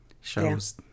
Show's